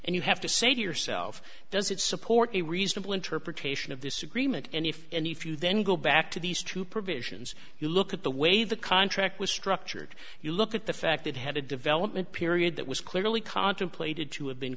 and you have to say to yourself does it support a reasonable interpretation of this agreement and if and if you then go back to these two provisions you look at the way the contract was structured you look at the fact it had a element period that was clearly contemplated to have been